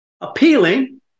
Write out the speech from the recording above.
appealing